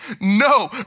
No